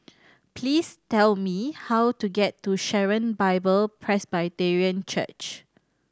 please tell me how to get to Sharon Bible Presbyterian Church